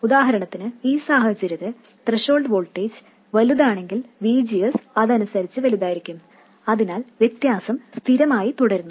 ഉദാഹരണത്തിന് ഈ സാഹചര്യത്തിൽ ത്രെഷോൾഡ് വോൾട്ടേജ് വലുതാണെങ്കിൽ VGS അതിനനുസരിച്ച് വലുതായിരിക്കും അതിനാൽ വ്യത്യാസം സ്ഥിരമായി തുടരുന്നു